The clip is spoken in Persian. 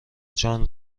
جان